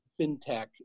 fintech